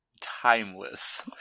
timeless